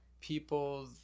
people